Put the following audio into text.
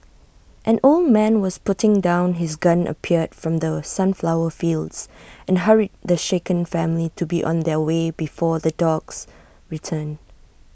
an old man who was putting down his gun appeared from the sunflower fields and hurried the shaken family to be on their way before the dogs return